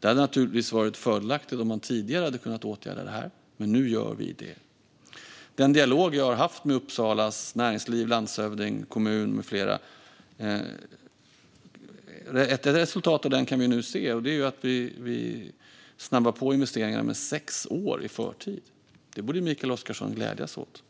Det hade naturligtvis varit fördelaktigt om man tidigare hade kunnat åtgärda det här, men nu gör vi det. Ett resultat av den dialog vi har haft med Uppsalas näringsliv, landshövding, kommun med flera kan vi nu se. Det är att vi snabbar på investeringarna med sex år i förtid. Det borde Mikael Oscarsson glädjas åt.